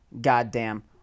goddamn